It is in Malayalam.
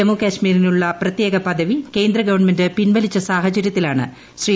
ജമ്മു കാശ്മീരിനുള്ള പ്രത്യേക പദവി കേന്ദ്രഗവൺമെന്റ് പിൻവലിച്ച സാഹചരൃത്തിലാണ് ശ്രീ